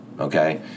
Okay